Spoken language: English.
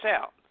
out